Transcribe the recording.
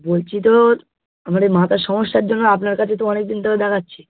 বলছি তো আমার এ মাথার সমস্যার জন্য আপনার কাছে তো অনেকদিন ধরে দেখাচ্ছি